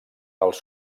als